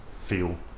feel